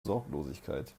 sorglosigkeit